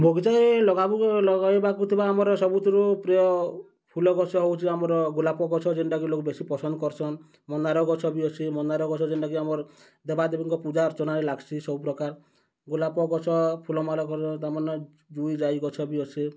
ବଗିଚାରେ ଲଗାବୁ ଲଗାଇବାକୁ ଥିବା ଆମର୍ ସବୁଥିରୁ ପ୍ରିୟ ଫୁଲ ଗଛ ହେଉଛି ଆମର୍ ଗୋଲାପ ଗଛ ଯେନ୍ଟାକି ଲୋକ୍ ବେଶୀ ପସନ୍ଦ୍ କରସନ୍ ମନ୍ଦାର୍ ଗଛ ବି ଅଛେ ମନ୍ଦାର୍ ଗଛ ଯେନ୍ଟାକି ଆମର୍ ଦେବାଦେବୀଙ୍କର୍ ପୂଜା ଅର୍ଚ୍ଚନାରେ ଲାଗ୍ସି ସବୁପ୍ରକାର ଗୋଲାପ ଗଛ ଫୁଲମାଲ କର୍ସନ୍ ତା'ର୍ମାନେ ଜୁଇ ଜାଇ ଗଛ ବି ଅଛେ